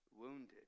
wounded